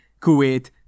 Kuwait